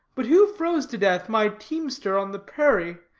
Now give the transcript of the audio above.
but who froze to death my teamster on the prairie?